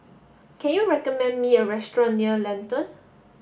can you recommend me a restaurant near Lentor